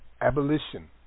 Abolition